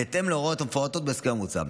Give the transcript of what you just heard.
בהתאם להוראות המפורטות בהסדר המוצע.